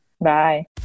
Bye